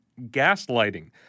gaslighting